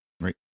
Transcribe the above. Right